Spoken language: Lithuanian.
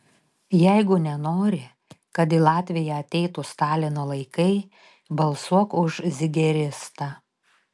jeigu nenori kad į latviją ateitų stalino laikai balsuok už zigeristą